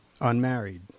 unmarried